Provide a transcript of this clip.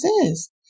exist